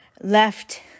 left